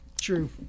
True